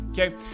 Okay